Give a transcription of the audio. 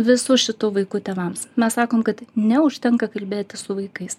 visų šitų vaikų tėvams mes sakom kad neužtenka kalbėti su vaikais